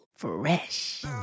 fresh